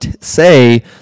say